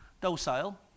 docile